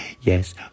yes